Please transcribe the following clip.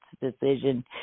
decision